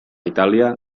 itàlia